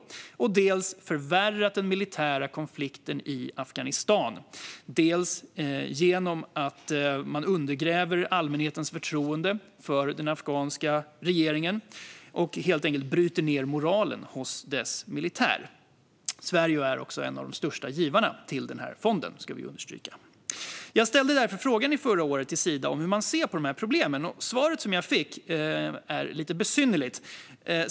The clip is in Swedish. Dessutom har man förvärrat den militära konflikten i Afghanistan genom att undergräva allmänhetens förtroende för den afghanska regeringen och genom att helt enkelt bryta ned moralen hos landets militär. Vi ska understryka att Sverige är en av de största givarna till fonden. Jag ställde därför förra året frågan till Sida hur man ser på dessa problem. Det svar jag fick var lite besynnerligt.